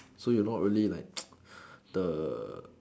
so you not really like the